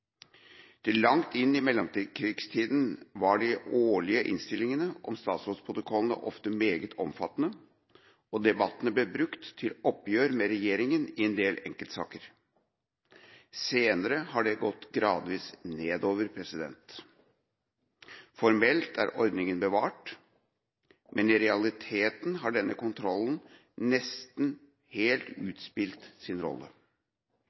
Til langt inn i mellomkrigstida var de årlige innstillingene om statsrådsprotokollene ofte meget omfattende, og debattene ble brukt til oppgjør med regjeringa i en del enkeltsaker. Senere har det gått gradvis nedover. Formelt er ordninga bevart, men i realiteten har denne kontrollen nesten helt utspilt sin rolle.